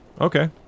Okay